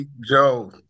Joe